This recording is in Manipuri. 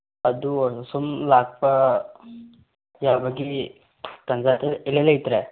ꯑꯗꯨ ꯑꯣꯏꯔꯁꯨ ꯁꯨꯝ ꯂꯥꯛꯄ ꯌꯥꯕꯒꯤ ꯇꯟꯖꯥꯗꯤ ꯏꯔꯩ ꯂꯩꯇ꯭ꯔꯦ